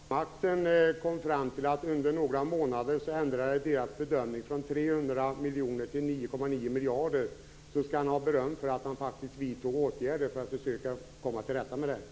Fru talman! Han skall ha beröm för att han, när Försvarsmaktens bedömning under några månader ändrades från 300 miljoner till 9,9 miljarder, faktiskt vidtog åtgärder för att försöka komma till rätta med det här.